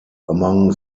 among